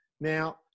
Now